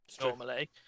normally